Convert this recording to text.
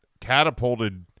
catapulted